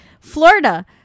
Florida